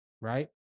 right